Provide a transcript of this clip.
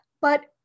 But-